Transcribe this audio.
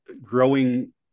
growing